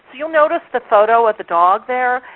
you'll notice the photo of the dog there,